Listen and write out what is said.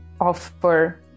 offer